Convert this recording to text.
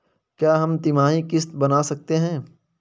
क्या हम तिमाही की किस्त बना सकते हैं?